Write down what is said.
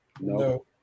No